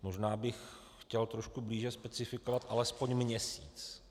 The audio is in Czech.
Možná bych chtěl trošku blíže specifikovat alespoň měsíc.